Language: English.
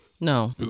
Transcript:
No